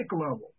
level